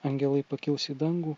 angelai pakils į dangų